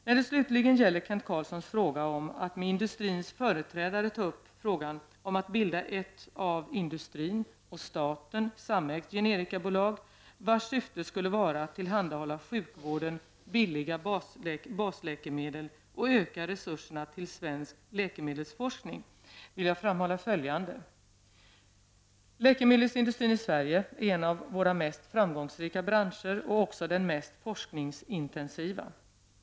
När det slutligen gäller Kent Carlssons fråga om att med industrins företrädare ta upp frågan om att bilda ett av industrin och staten samägt generikabolag vars syfte skulle vara att tillhandahålla sjukvården billiga basläkemedel och öka resurserna till svensk läkemedelsforskning vill jag framhålla följande. Läkemedelsindustrin i Sverige är en av våra mest framgångsrika branscher och också den mest forskningsintensiva.